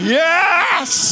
yes